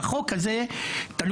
תן